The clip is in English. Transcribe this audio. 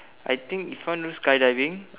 I think if want to do sky diving